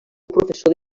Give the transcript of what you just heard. professor